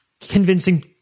convincing